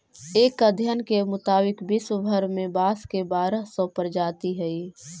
एक अध्ययन के मुताबिक विश्व भर में बाँस के बारह सौ प्रजाति हइ